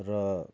र